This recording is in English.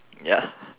ya